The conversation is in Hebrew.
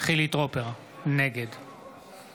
חילי טרופר, נגד